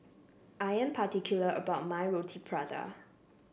I am particular about my Roti Prata